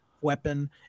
weapon